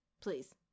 Please